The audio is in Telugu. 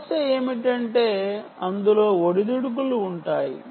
సమస్య ఏమిటంటే అందులో ఒడిదుడుకు లు ఉంటాయి